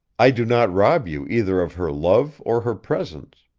i do not rob you either of her love or her presence.